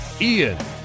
Ian